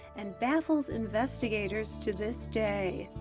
and baffles investigators to this day.